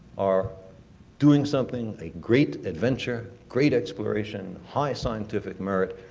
are doing something, a great adventure, great exploration, high scientific merit,